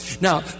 Now